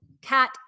cat